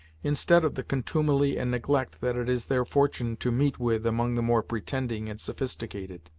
instead of the contumely and neglect that it is their fortune to meet with among the more pretending and sophisticated.